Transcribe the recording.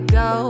go